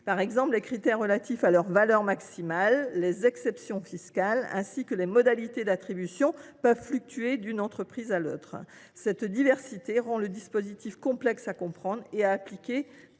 Par exemple, les critères relatifs à leur valeur maximale, les exceptions fiscales, ainsi que les modalités d’attribution, peuvent fluctuer d’une entreprise à l’autre. Cette diversité rend le dispositif complexe à comprendre et à appliquer,